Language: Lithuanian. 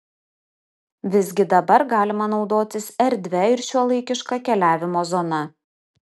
visgi dabar galima naudotis erdvia ir šiuolaikiška keliavimo zona